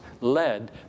led